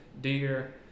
deer